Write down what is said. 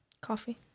coffee